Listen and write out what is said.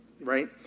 right